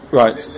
right